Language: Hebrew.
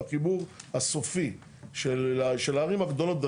בחיבור הסופי של הערים הגדולות.